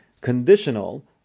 conditional